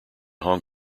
hong